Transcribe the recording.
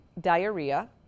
diarrhea